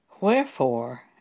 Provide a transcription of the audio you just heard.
Wherefore